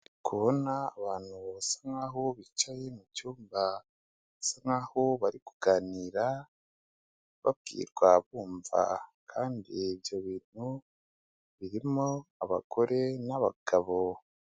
Ndikubona abantu basa nkaho bicaye mucyumba, basa nkaho bari kuganira babwirwa, bumva kandi ibyo bintu birimo abagore n'abagabo.